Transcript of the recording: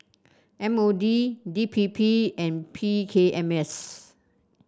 M O D D P P and P K M S